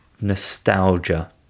nostalgia